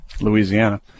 Louisiana